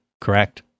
correct